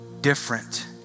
different